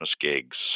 gigs